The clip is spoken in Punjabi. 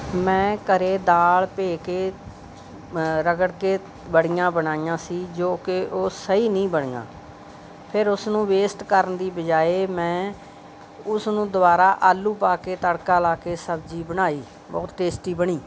ਮੈਂ ਘਰ ਦਾਲ ਭਿਓ ਕੇ ਰਗੜ ਕੇ ਬੜੀਆਂ ਬਣਾਈਆਂ ਸੀ ਜੋ ਕਿ ਉਹ ਸਹੀ ਨਹੀਂ ਬਣੀਆਂ ਫਿਰ ਉਸਨੂੰ ਵੇਸਟ ਕਰਨ ਦੀ ਬਜਾਏ ਮੈਂ ਉਸ ਨੂੰ ਦੁਬਾਰਾ ਆਲੂ ਪਾ ਕੇ ਤੜਕਾ ਲਾ ਕੇ ਸਬਜ਼ੀ ਬਣਾਈ ਬਹੁਤ ਟੇਸਟੀ ਬਣੀ